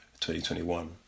2021